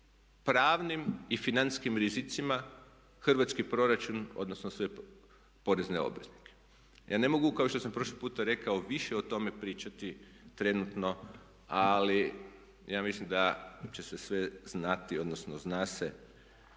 pravnim i financijskim rizicima hrvatski proračun, odnosno sve porezne obveznike. Ja ne mogu kao što sam prošli puta rekao više o tome pričati trenutno, ali ja mislim da će se sve znati, odnosno zna se